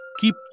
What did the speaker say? keep